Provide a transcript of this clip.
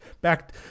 Back